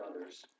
others